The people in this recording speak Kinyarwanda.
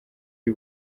iyo